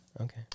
Okay